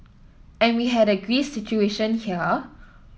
and we had a Greece situation here